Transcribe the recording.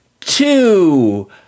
two